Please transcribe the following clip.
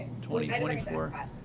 2024